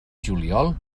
juliol